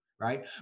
right